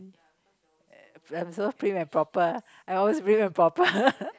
uh I'm so prim and proper I always prim and proper